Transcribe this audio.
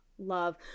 love